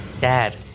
Dad